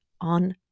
on